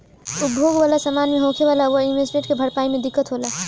उपभोग वाला समान मे होखे वाला ओवर इन्वेस्टमेंट के भरपाई मे दिक्कत होला